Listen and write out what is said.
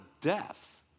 death